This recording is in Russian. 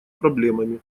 проблемами